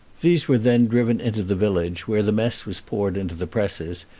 these were then driven into the village, where the mess was poured into the presses,